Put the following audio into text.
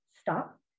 stop